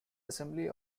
assembly